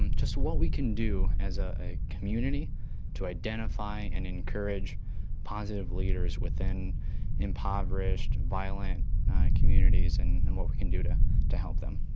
um just what we can do as ah a community to identify and encourage positive leaders within impoverished, violent communities and and what we can do to to help them?